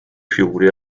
fiori